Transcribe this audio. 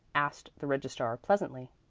asked the registrar pleasantly.